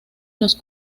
los